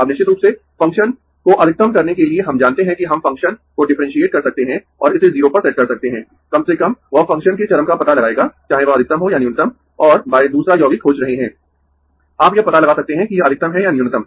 अब निश्चित रूप से फंक्शन को अधिकतम करने के लिए हम जानते है कि हम फंक्शन को डिफ्रेंसिऐट कर सकते है और इसे 0 पर सेट कर सकते है कम से कम वह फंक्शन के चरम का पता लगाएगा चाहे वह अधिकतम हो या न्यूनतम और दूसरा यौगिक खोज रहे है आप यह पता लगा सकते है कि यह अधिकतम है या न्यूनतम